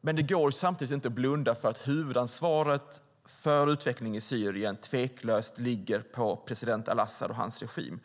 Men det går samtidigt inte att blunda för att huvudansvaret för utvecklingen i Syrien tveklöst ligger på president al-Asad och hans regim.